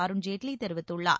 அருண்ஜேட்லி தெரிவித்துள்ளார்